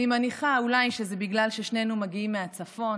אני מניחה שזה אולי בגלל ששנינו מגיעים מהצפון,